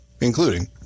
Including